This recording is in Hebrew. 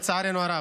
לצערנו הרב.